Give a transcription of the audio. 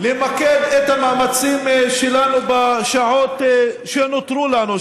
למקד את המאמצים שלנו בשעות שנותרו לנו,